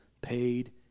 paid